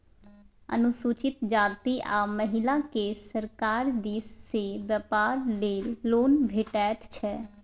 अनुसूचित जाती आ महिलाकेँ सरकार दिस सँ बेपार लेल लोन भेटैत छै